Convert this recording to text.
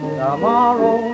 tomorrow